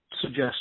suggest